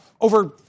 over